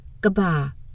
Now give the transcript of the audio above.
Gaba